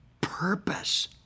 purpose